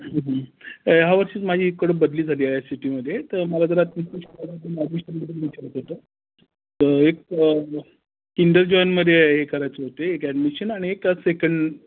यावर्षीच माझी इकडं बदली झाली आहे सिटीमध्ये तर मला जरा विचारायचं होतं तर एक किंडर जाईनमध्ये हे करायचं होतं एक ॲडमिशन आणि एक सेकंड